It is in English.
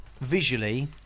visually